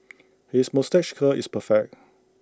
his moustache curl is perfect